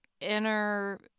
inner